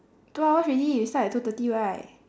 two hours already we start at two thirty right